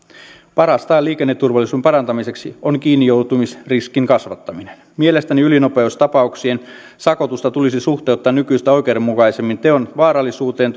parasta liikenneturvallisuuden parantamiseksi on kiinnijoutumisriskin kasvattaminen mielestäni ylinopeustapauksien sakotusta tulisi suhteuttaa nykyistä oikeudenmukaisemmin teon vaarallisuuteen